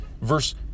Verse